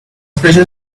pressure